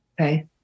Okay